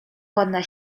ładna